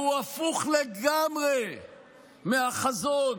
שהוא הפוך לגמרי מהחזון